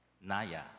Naya